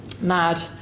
mad